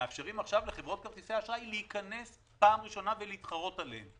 שמאפשרים עכשיו לחברות כרטיסי האשראי להיכנס פעם ראשונה ולהתחרות עליהן.